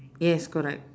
yes correct